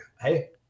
hey